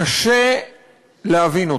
קשה להבין.